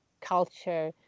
culture